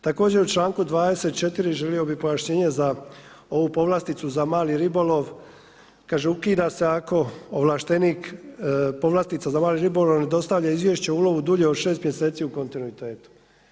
Također, u članku 24. želio bih pojašnjenje za ovu povlasticu za mali ribolov, kaže ukida se ako ovlaštenik povlastica za mali ribolov ne dostavlja izvješće o ulovu dulje od 6 mjeseci u kontinuitetu.